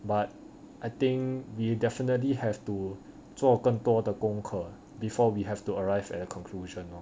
but I think we definitely have to 做更多的功课 before we have to arrive at a conclusion